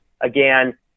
again